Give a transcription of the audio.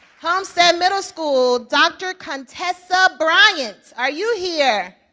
homestead middle school, dr. contessa bryant, are you here?